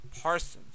Parsons